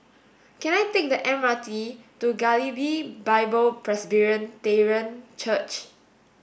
can I take the M R T to Galilee Bible Presbyterian Church